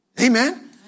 Amen